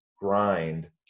grind